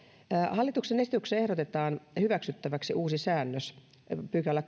hallituksen esityksessä ehdotetaan hyväksyttäväksi uusi säännös kuudes pykälä